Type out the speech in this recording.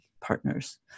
partners